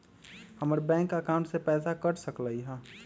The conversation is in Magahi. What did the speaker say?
हमर बैंक अकाउंट से पैसा कट सकलइ ह?